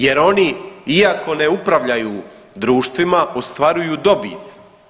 Jer oni iako ne upravljaju društvima ostvaruju dobit.